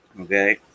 okay